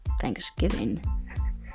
Thanksgiving